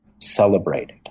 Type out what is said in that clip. celebrated